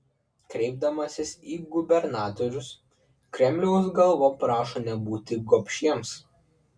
kreipdamasis į gubernatorius kremliaus galva prašo nebūti gobšiems